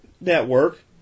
network